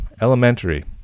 Elementary